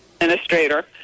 administrator